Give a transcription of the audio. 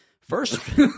First